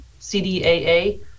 CDAA